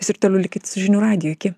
siurbtelėkit žinių radijo iki